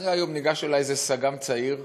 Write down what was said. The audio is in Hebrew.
אחרי היום הזה ניגש אלי איזה סג"מ צעיר